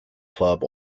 club